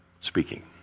speaking